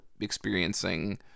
experiencing